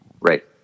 Right